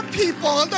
people